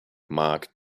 mark